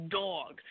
dog